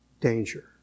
danger